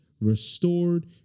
restored